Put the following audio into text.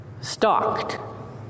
stalked